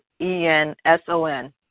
E-N-S-O-N